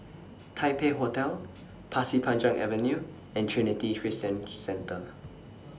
Taipei Hotel Pasir Panjang Avenue and Trinity Christian Centre